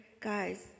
Guys